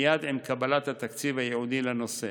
מייד עם קבלת התקציב הייעודי לנושא.